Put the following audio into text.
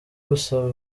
gusaba